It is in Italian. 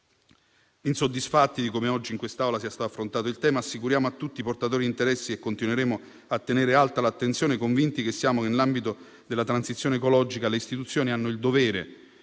Insoddisfatti di come oggi in quest'Aula sia stato affrontato il tema, assicuriamo a tutti i portatori di interessi che continueremo a tenere alta l'attenzione, convinti che siamo nell'ambito della transizione ecologica. Le istituzioni hanno il dovere